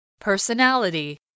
personality